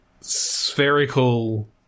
spherical